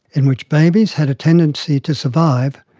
in which babies had a tendency to survive,